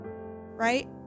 right